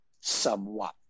somewhat